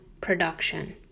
production